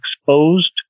exposed